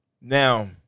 now